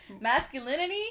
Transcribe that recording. Masculinity